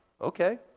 Okay